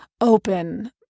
open